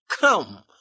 Come